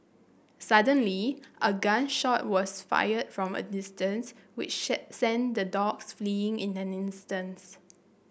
suddenly a gun shot was fired from a distance which sent the dogs fleeing in an instance